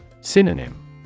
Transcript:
Synonym